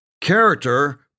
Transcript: Character